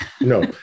No